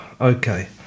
Okay